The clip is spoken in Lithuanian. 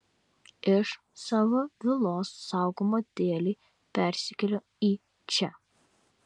iš savo vilos saugumo dėlei persikėliau į čia